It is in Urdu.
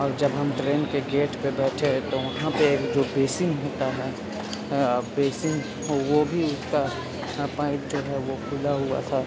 اور جب ہم ٹرین کے گیٹ پہ بیٹھے تو وہاں پہ جو بیسن ہوتا ہے بیسن وہ بھی اس کا پائپ جو ہے وہ کھلا ہوا تھا